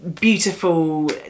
beautiful